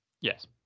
Yes